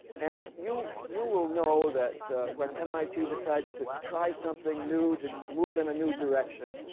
and you you will know that when mit decides to try something new to move in a new direction,